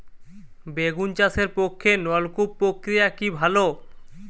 বেগুন চাষের পক্ষে নলকূপ প্রক্রিয়া কি ভালো?